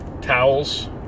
towels